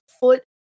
foot